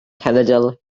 cenedl